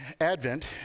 Advent